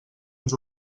ens